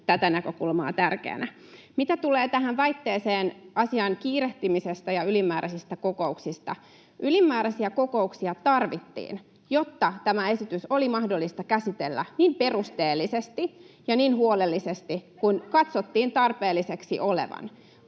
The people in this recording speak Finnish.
tätä näkökulmaa tärkeänä. Mitä tulee tähän väitteeseen asian kiirehtimisestä ja ylimääräisistä kokouksista, niin ylimääräisiä kokouksia tarvittiin, jotta tämä esitys oli mahdollista käsitellä niin perusteellisesti [Aino-Kaisa Pekonen: Kiireessä? Meillä